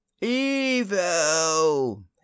Evil